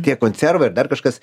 tie konservai ar dar kažkas